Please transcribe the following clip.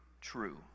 true